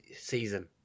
season